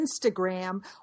Instagram